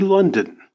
London